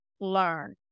learn